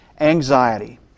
Anxiety